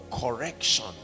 correction